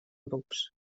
grups